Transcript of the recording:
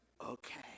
okay